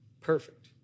Perfect